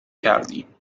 کردیم